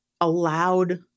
allowed